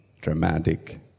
dramatic